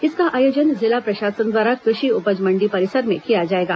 इसका आयोजन जिला प्रशासन द्वारा कृषि उपज मंडी परिसर में किया जाएगा